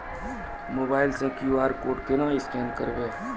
Mobile से QR code केना scan करबै?